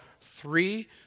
three